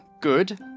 Good